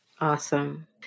Awesome